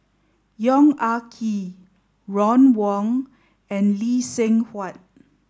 Yong Ah Kee Ron Wong and Lee Seng Huat